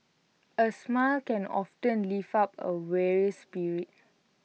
A smile can often lift up A weary spirit